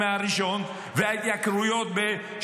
וזה יהיה תיקון באמת,